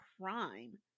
crime